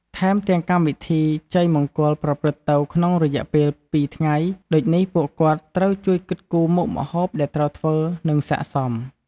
ថែមទាំងកម្មវិធីជ័យមង្គលប្រព្រឹត្តទៅក្នុងរយៈពេលពីរថ្ងៃ ដូចនេះពួកគាត់ត្រូវជួយគិតគូមុខម្ហូបដែលត្រូវធ្វើនិងសិក្កសម។